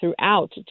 throughout